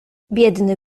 biedny